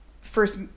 first